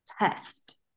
test